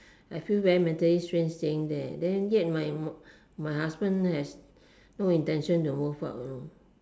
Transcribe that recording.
I feel very mentally stressed saying that then yet my my husband has no intention to move out